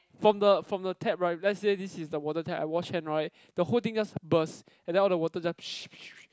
from the from the tap right let's say this is the water tap I wash hand right the whole thing just burst and then all the water just